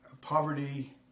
poverty